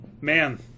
man